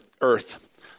earth